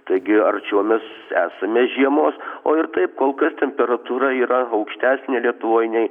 taigi arčiau mes esame žiemos o ir taip kol kas temperatūra yra aukštesnė lietuvoj nei